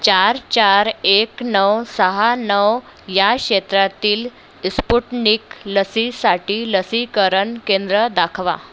चार चार एक नऊ सहा नऊ या क्षेत्रातील इस्पुटनिक लसीसाठी लसीकरण केंद्र दाखवा